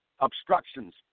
obstructions